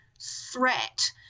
threat